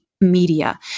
media